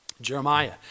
Jeremiah